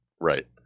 right